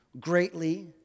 greatly